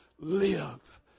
Live